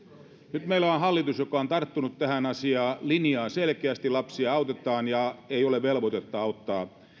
nyt meillä on on hallitus joka on tarttunut tähän asiaan ja linjaa selkeästi lapsia autetaan ja ei ole velvoitetta auttaa